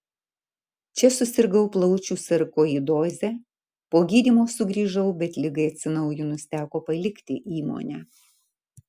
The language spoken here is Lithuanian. čia susirgau plaučių sarkoidoze po gydymo sugrįžau bet ligai atsinaujinus teko palikti įmonę